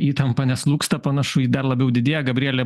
įtampa neslūgsta panašu ji dar labiau didėja gabrielė